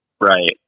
Right